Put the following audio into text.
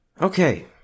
okay